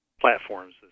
platforms